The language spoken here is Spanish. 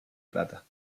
plata